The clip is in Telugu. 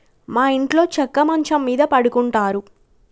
మా ఇంట్లో చెక్క మంచం మీద పడుకుంటారు